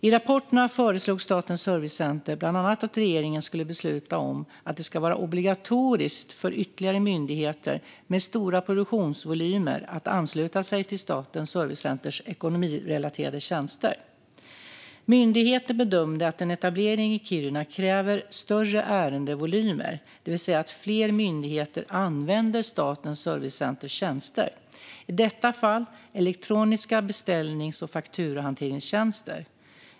I rapporterna föreslog Statens servicecenter bland annat att regeringen skulle besluta om att det ska vara obligatoriskt för ytterligare myndigheter med stora produktionsvolymer att ansluta sig till Statens servicecenters ekonomirelaterade tjänster. Myndigheten bedömde att en etablering i Kiruna kräver större ärendevolymer, det vill säga att fler myndigheter använder Statens servicecenters tjänster, i detta fall elektroniska beställnings och fakturahanteringstjänster.